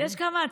כן.